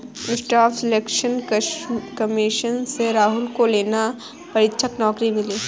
staff selection commission से राहुल को लेखा परीक्षक नौकरी मिली